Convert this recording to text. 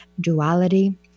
duality